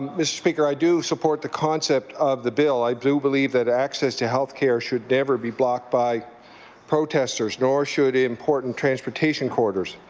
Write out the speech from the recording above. mr. speaker, i do support the concept of the bill. i do believe that access to health care should never be blocked by protestors nor should important transportation corridors.